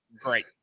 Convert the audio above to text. great